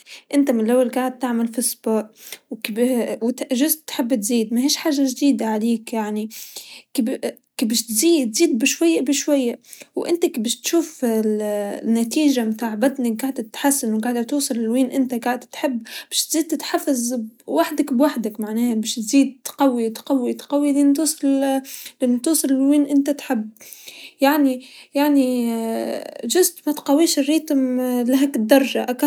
أول شي راح نذكره بالنصيحة اللي كانوا يحكونا ونحن صغار أنه العجل السليم في الجسم السليم، وكيف بيكون جسمك سليم؟ أنه تاكل أكل صحي تشرب موية كثير، بعد لازم تلعب رياضة سواء أنك بتروح الجيم أو حتى لو إنها تمشاية بس لإنها السوق وبترجع، أهم شي تلعب رياضة.